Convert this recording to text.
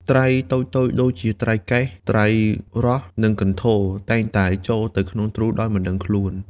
ត្រីតូចៗដូចជាត្រីកែស ត្រីរស់ និងកន្ធរ តែងតែចូលទៅក្នុងទ្រូដោយមិនដឹងខ្លួន។